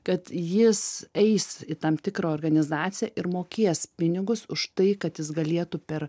kad jis eis į tam tikrą organizaciją ir mokės pinigus už tai kad jis galėtų per